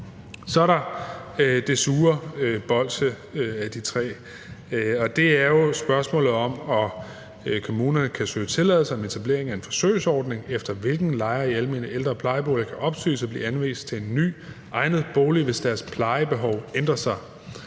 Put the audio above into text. Så er der det sure bolsje af de tre, og det er jo spørgsmålet om, at kommunerne kan søge tilladelse om etablering af en forsøgsordning, efter hvilken lejere i almene ældre- og plejeboliger kan opsøges og blive anvist til en ny egnet bolig, hvis deres plejebehov ændrer sig.